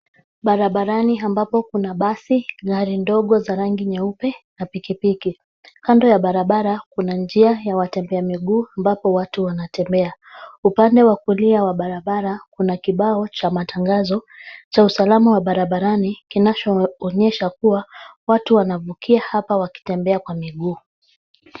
Barabarani ambapo kuna basi, gari ndogo za rangi nyeupe na pikipiki. Kando ya barabara kuna njia ya watembea miguu ambapo watu wanatembea. Upande wa kulia wa barabara kuna kibao cha matangazo cha usalama wa barabarani kinachoonyesha kuwa watu wanavukia hapa wakitembea kwa miguu.